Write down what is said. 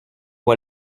pas